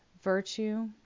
virtue